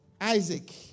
Isaac